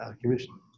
Commission